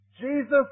Jesus